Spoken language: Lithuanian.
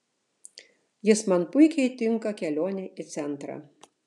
jis man puikiai tinka kelionei į centrą